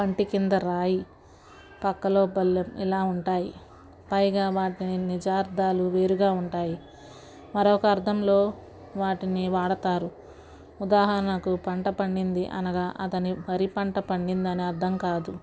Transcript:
పంటికింద రాయి పక్కలో బల్లెం ఇలా ఉంటాయి పైగా వాటి నిర్జార్దాలు వేరుగా ఉంటాయి మరొక అర్థంలో వాటిని వాడతారు ఉదాహరణకు పంట పండింది అనగా అతని వరి పంట పండిందని అర్థం కాదు